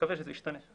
מקווה שזה ישתנה.